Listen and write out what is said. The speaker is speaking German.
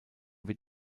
wird